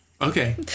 Okay